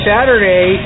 Saturday